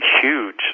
huge